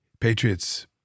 Patriots